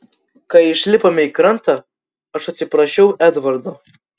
kai išlipome į krantą aš atsiprašiau edvardo